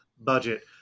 budget